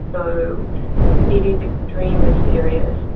so it is extremely serious.